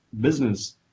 business